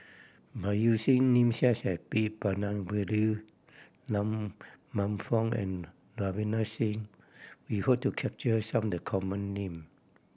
by using names such as P Palanivelu Man Fong and Ravinder Singh we hope to capture some of the common name